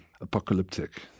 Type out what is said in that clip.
apocalyptic